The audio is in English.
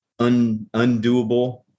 undoable